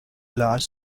large